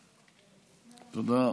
תודה.